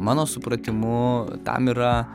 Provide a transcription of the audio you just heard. mano supratimu tam yra